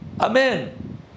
Amen